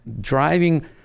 driving